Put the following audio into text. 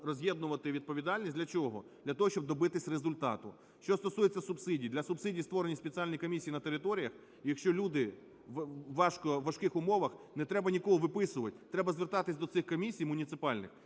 роз'єднувати відповідальність. Для чого? Для того, щоб добитись результату. Що стосується субсидій. Для субсидій створені спеціальні комісії на територіях. Якщо люди в важких умовах, не треба нікого виписувати, треба звертися до цих комісій муніципальних,